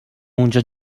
اونجا